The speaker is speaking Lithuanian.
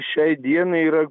šiai dienai yra